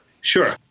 Sure